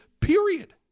period